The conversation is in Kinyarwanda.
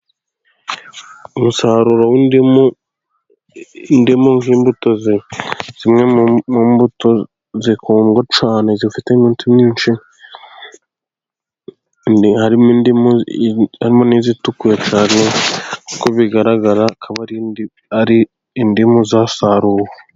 Umusaruro w'ndimu, indimu nk'imbuto zimwe mu mbuto zikundwa cyane, zifite imiti myinshi, harimo n'izitukura cyane, nk'uko bigaragara zikaba ari indimu zasaruwe.